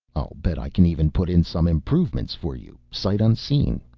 i'll bet i can even put in some improvements for you, sight unseen.